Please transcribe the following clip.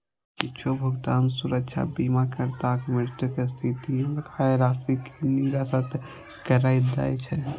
किछु भुगतान सुरक्षा बीमाकर्ताक मृत्युक स्थिति मे बकाया राशि कें निरस्त करै दै छै